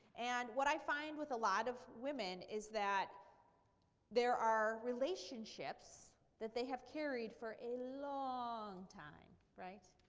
and what i find with a lot of women is that there are relationships that they have carried for a long time, right?